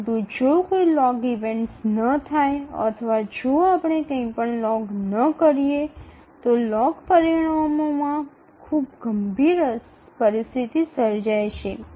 પરંતુ જો કોઈ લોગ ઇવેન્ટ્સ ન થાય અથવા જો આપણે કંઈપણ લોગ ન કરીએ તો લોગ પરિણામોમાં ખૂબ જ ગંભીર પરિસ્થિતિ સર્જાય છે